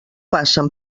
passen